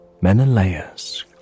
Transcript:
Menelaus